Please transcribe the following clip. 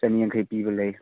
ꯆꯅꯤ ꯌꯥꯡꯈꯩ ꯄꯤꯕ ꯂꯩ